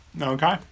Okay